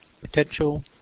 potential